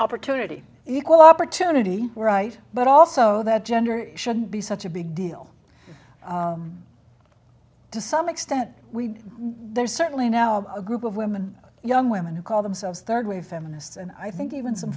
opportunity equal opportunity we're right but also that gender it shouldn't be such a big deal to some extent we there's certainly now a group of women young women who call themselves third wave feminists and i think even some